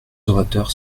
orateurs